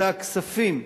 הקצתה כספים,